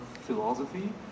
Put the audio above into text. philosophy